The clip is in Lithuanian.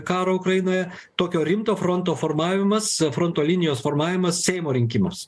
karo ukrainoje tokio rimto fronto formavimas fronto linijos formavimas seimo rinkimas